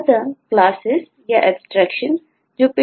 अतः क्लासेज